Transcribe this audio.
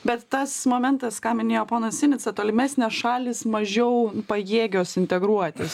bet tas momentas ką minėjo ponas sinica tolimesnės šalys mažiau pajėgios integruotis